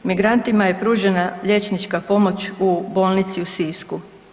Migrantima je pružena liječnika pomoć u bolnici u Sisku.